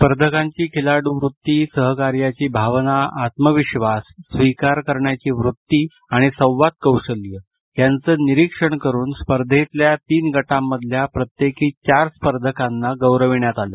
स्पर्धकांची खिलाडू वृत्ती सहकार्याची भावना आत्मविधास स्वीकार करण्याची वृत्ती आणि संवादकौशल्य यांचं निरीक्षण करून स्पर्धेतल्या तीन गटांमधल्या प्रत्येकी चार स्पर्धकांना गौरविण्यात आलं